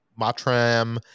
Matram